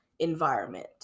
environment